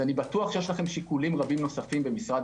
אני בטוח שיש לכם שיקולים רבים נוספים במשרד